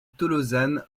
tolosane